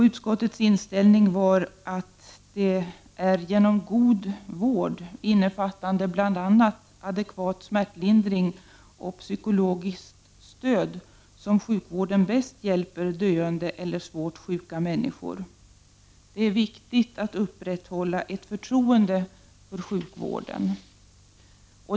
Utskottets inställning var att det är genom god vård, innefattande bl.a. adekvat smärtlindring och psykologiskt stöd, som sjukvården bäst hjälper döende eller svårt sjuka människor. Det är viktigt att upprätthålla ett förtroende för sjukvården.